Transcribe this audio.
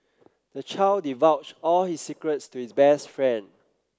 the child divulged all his secrets to his best friend